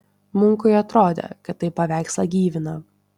munkui atrodė kad tai paveikslą gyvina